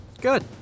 Good